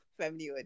Familyhood